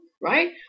right